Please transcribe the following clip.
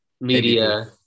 media